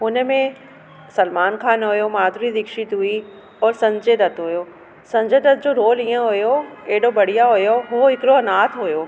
हुनमें सलमान खान हुओ माधुरी दिक्षित हुई और संजे दत हुओ संजे दत जो रोल ईअं हुओ एॾो बढ़िया हुओ उहो हिकिड़ो अनाथ हुओ